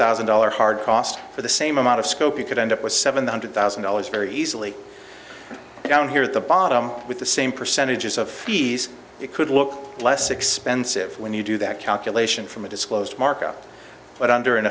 thousand dollars hard cost for the same amount of scope you could end up with seven hundred thousand dollars very easily i don't hear at the bottom with the same percentages of fees you could look less expensive when you do that calculation from a disclosed markup but under an